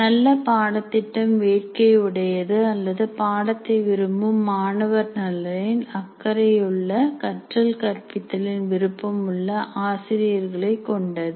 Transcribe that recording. நல்ல பாடத்திட்டம் வேட்கை உடையது அல்லது பாடத்தை விரும்பும் மாணவர் நலனில் அக்கறையுள்ள கற்றல் கற்பித்தலில் விருப்பம் உள்ள ஆசிரியர்களை கொண்டது